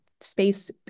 space